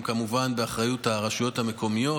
הם כמובן באחריות הרשויות המקומיות.